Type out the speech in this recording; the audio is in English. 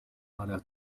para